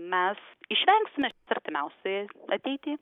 mes išvengsime artimiausioje ateity